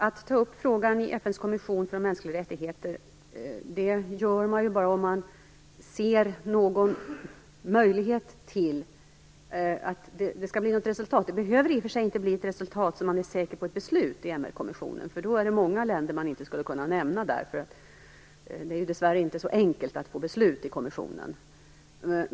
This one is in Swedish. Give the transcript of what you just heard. Att ta upp frågan i FN:s kommission för mänskliga rättigheter är någonting som man gör om man bara ser någon möjlighet till resultat. Det behöver i och för sig inte bli ett resultat som gör att man är säker på att det blir ett beslut i MR-kommissionen, för i så fall vore det många länder som inte skulle kunna nämnas där. Det är ju dessvärre inte så enkelt att få till stånd beslut i kommissionen.